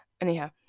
Anyhow